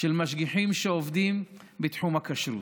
של משגיחים שעובדים בתחום הכשרות.